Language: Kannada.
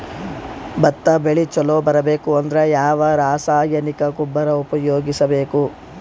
ಭತ್ತ ಬೆಳಿ ಚಲೋ ಬರಬೇಕು ಅಂದ್ರ ಯಾವ ರಾಸಾಯನಿಕ ಗೊಬ್ಬರ ಉಪಯೋಗಿಸ ಬೇಕು?